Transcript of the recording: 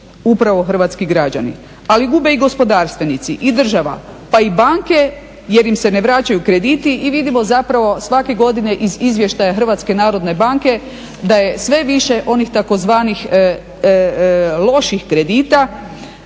upravo hrvatski građani, ali gubi i gospodarstvenici, i država, pa i banke jer im se ne vraćaju krediti. I vidimo zapravo svake godine iz izvještaja Hrvatske narodne banke da je sve više onih tzv. loših kredita,